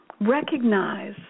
recognize